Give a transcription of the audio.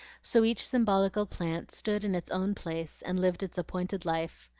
so each symbolical plant stood in its own place, and lived its appointed life.